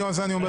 אז אני אומר לך,